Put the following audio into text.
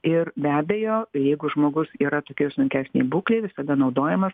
ir be abejo jeigu žmogus yra tokioj sunkesnėj būklėj visada naudojamas